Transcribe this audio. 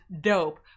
dope